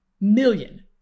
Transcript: Million